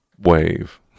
Wave